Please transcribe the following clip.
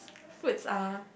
fruits are